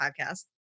podcast